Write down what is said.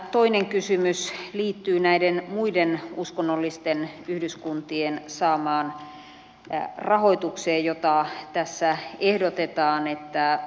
toinen kysymys liittyy muiden uskonnollisten yhdyskuntien saamaan rahoitukseen jota tässä ehdotetaan että nykyiseltään